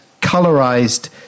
colorized